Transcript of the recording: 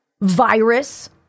virus